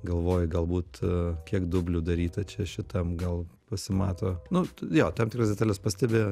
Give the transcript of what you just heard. galvoji galbūt kiek dublių daryta čia šitam gal pasimato nu jo tam tikras detales pastebi